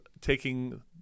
taking